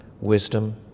wisdom